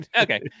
Okay